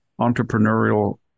entrepreneurial